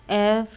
F